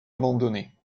abandonnée